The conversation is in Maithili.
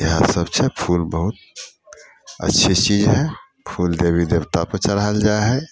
इएह सभ छै फूल बहुत अच्छी चीज है फूल देवी देवतापर चढ़ायल जाइ हइ